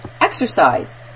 Exercise